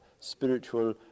spiritual